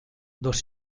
dos